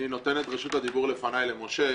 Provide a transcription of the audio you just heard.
אני נותן את רשות הדיבור לפניי למשה.